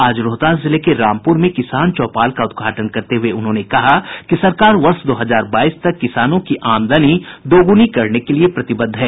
आज रोहतास जिले के रामपुर में किसान चौपाल का उद्घाटन करते हुये उन्होंने कहा कि सरकार वर्ष दो हजार बाईस तक किसानों की आमदनी दोगुनी करने के लिए प्रतिबद्ध है